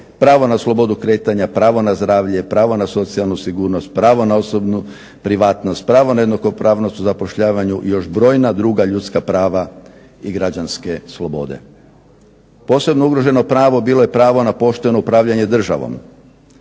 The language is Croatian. pravo na slobodu kretanja, pravo na zdravlje, pravo na socijalnu sigurnost, pravo na osobnu privatnost, pravo na jednakopravnost u zapošljavanju i još brojna druga ljudska prava i građanske slobode. Posebno ugroženo pravo bilo je pravo na pošteno upravljanje državom.